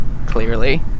Clearly